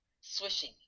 swishing